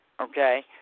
okay